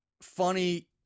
funny